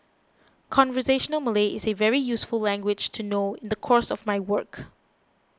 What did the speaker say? conversational Malay is a very useful language to know in the course of my work